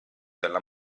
della